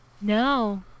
no